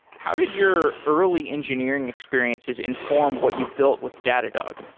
how did your early engineering experiences inform what you built with datadog?